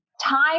Time